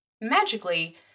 Magically